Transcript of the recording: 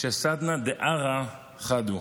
שסדנא דארעא חד הוא,